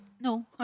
No